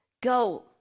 go